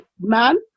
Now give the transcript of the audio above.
man